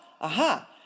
aha